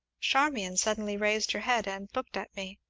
charmian suddenly raised her head and looked at me,